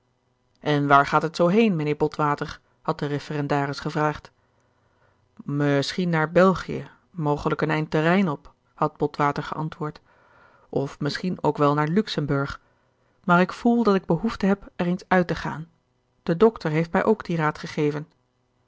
en waar gaat het zoo heen mijnheer botwater had de referendaris gevraagd misschien naar belgie mogelijk een eind den rijn op had botwater geantwoord of misschien ook wel naar luxemburg maar ik voel dat ik behoefte heb er eens uit te gaan de dokter heeft mij ook dien raad gegeven